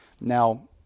Now